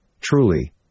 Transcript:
Truly